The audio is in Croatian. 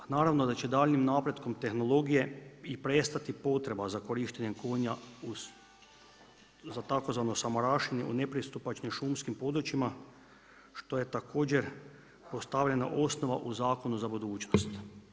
A naravno da će daljnjim napretkom tehnologije i prestati potreba za korištenjem konja uz za tzv. samarašenje u nepristupačnim šumskim područjima što je također postavljena osnova u zakonu za budućnost.